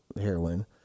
heroin